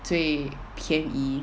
最便宜